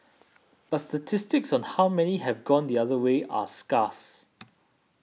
but statistics on how many have gone the other way are scarce